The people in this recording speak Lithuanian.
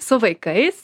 su vaikais